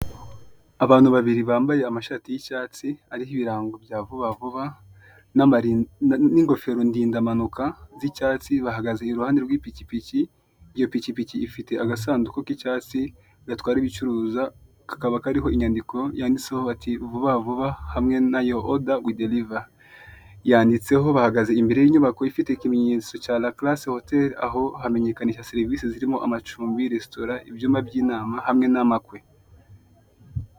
Abantu babiri bambaye amashati y'icyatsi, ariho ibirango bya vuba vuba, n'ingofero ndinda mpanuka z'icyatsi bahagaze iruhande rw'ipikipiki, iyo pikipiki ifite agasanduka k'icyatsi gatwara ibicuruza kakaba kariho inyandiko yanditseho ati vuba vuba hamwe na yo oda wi deriva yanditseho bahagaze imbere y'inyubako ifite ikimenyetso cya ra karase hoteli, aho hamenyekanisha serivise zirimo amacumbi, resitora, ibyumba by'inama hamwe n'amakwe.